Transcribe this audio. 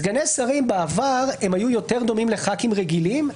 סגני שרים בעבר היו יותר דומים לחברי כנסת רגילים,